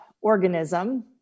organism